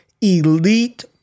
elite